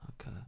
Okay